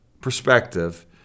perspective